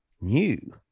new